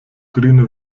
grüne